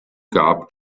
gab